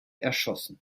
erschossen